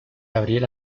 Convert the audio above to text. abril